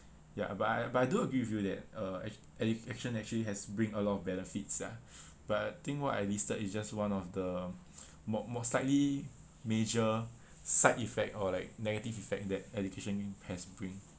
ya but I but I do agree with you that uh education actually has bring a lot of benefits ah but I think what I listed is just one of the mo~ more slightly major side effect or like negative effect that education has bring